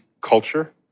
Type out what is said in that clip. culture